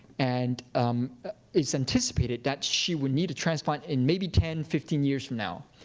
and it's anticipated that she will need a transplant in maybe ten, fifteen years from now.